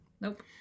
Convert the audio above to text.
Nope